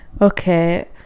Okay